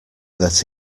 that